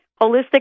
holistic